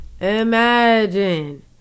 Imagine